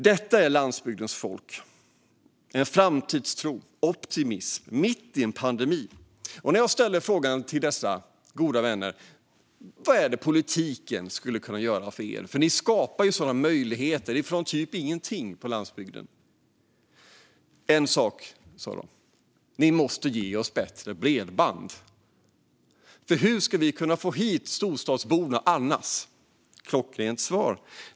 Detta är landsbygdens folk, med framtidstro och optimism mitt i en pandemi. Jag frågade dessa goda vänner vad politiken skulle kunna göra för dem. De skapar ju möjligheter från nästan ingenting på landsbygden. En sak sa de: Ni måste ge oss bättre bredband; hur ska vi annars kunna få hit storstadsborna? Det var ett klockrent svar.